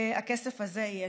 הכסף הזה יהיה.